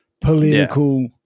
political